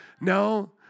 No